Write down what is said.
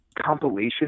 compilation